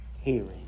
hearing